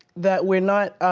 that we're not,